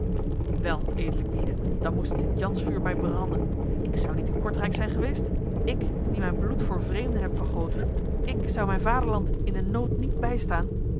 wel edele gwyde dan moest st jans vuur mij branden ik zou niet in kortrijk zijn geweest ik die mijn bloed voor vreemden heb vergoten ik zou mijn vaderland in de nood niet bijstaan